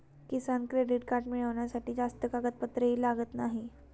किसान credit card मिळवण्यासाठी जास्त कागदपत्रेही लागत नाहीत